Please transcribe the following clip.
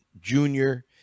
Junior